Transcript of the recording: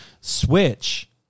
Switch